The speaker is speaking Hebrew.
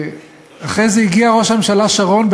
אחרי זה הגיע ראש הממשלה שרון,